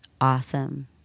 awesome